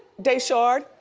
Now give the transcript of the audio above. daeshard,